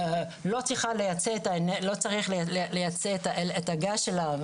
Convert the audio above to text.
לא צריך לייצא את הגז שלה,